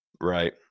Right